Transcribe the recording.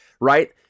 right